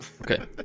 okay